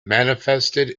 manifested